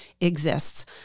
exists